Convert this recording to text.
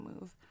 move